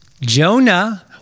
Jonah